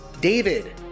David